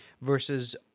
versus